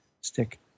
stick